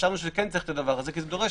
חשבנו שצריך את זה כי זה דורש